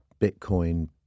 Bitcoin